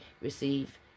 receive